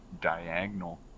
diagonal